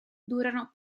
durano